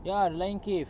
ya the lion cave